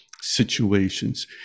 situations